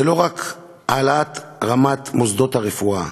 זה לא רק העלאת רמת מוסדות הרפואה,